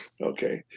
okay